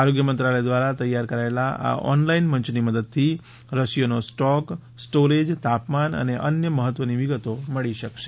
આરોગ્ય મંત્રાલય દ્વારા તૈયાર કરાયેલા આ ઓનલાઈન મંચની મદદથી રસીઓનો સ્ટોક સ્ટોરેજ તાપમાન અને અન્ય મફત્વની વિગતો મળી શકશે